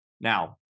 Now